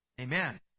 Amen